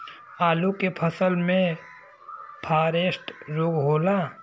आलू के फसल मे फारेस्ट रोग होला?